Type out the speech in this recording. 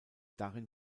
darin